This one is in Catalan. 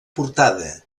portada